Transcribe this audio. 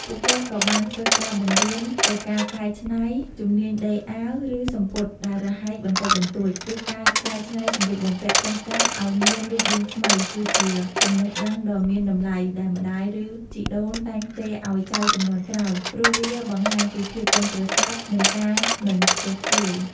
ពួកគាត់ក៍បានធ្វើការបង្រៀន ទៅការកែច្នៃ ជំនាញដេរអាវ ឬសំពត់ដែលរហែកបន្តិចបន្តួច ឬការកែច្នៃសម្លៀកបំពាក់ចាស់ៗឲ្យមានរូបរាងថ្មី គឺជាចំណេះដឹងដ៏មានតម្លៃដែលម្ដាយ ឬជីដូនតែងផ្ទេរឲ្យចៅជំនាន់ក្រោយ ព្រោះវាបង្ហាញពីភាពប៉ិនប្រសប់ និងការមិនខ្ជះខ្ជាយ។